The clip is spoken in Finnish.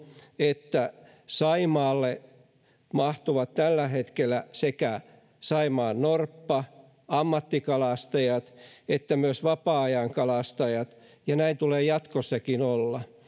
että saimaalle mahtuvat tällä hetkellä sekä saimaannorppa ammattikalastajat että myös vapaa ajankalastajat ja näin tulee jatkossakin olla